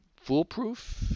foolproof